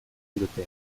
dute